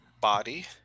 body